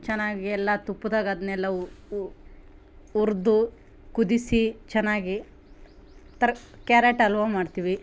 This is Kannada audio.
ಚೆನ್ನಾಗಿ ಎಲ್ಲ ತುಪ್ದಾಗ ಅದನ್ನೆಲ್ಲ ಹುರ್ದು ಕುದಿಸಿ ಚೆನ್ನಾಗಿ ತರ ಕ್ಯಾರೆಟ್ ಹಲ್ವ ಮಾಡ್ತೀವಿ